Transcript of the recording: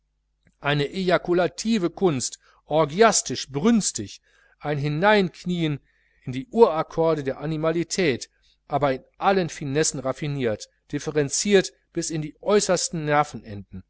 eine ejakulative kunst orgastisch brünstig ein hineinknieen in die uraccorde der animalität aber in allen finessen raffiniert differenziert bis in die äußersten